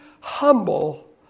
humble